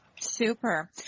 Super